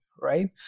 right